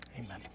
Amen